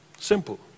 simple